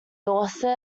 dorset